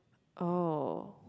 oh